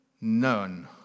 None